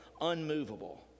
unmovable